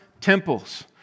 temples